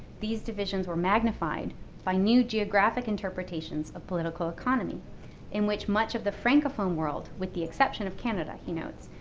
these divisions were magnified by new geographic interpretations of political economy in which much of the francophone world, with the exception of canada, he notes,